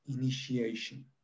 initiation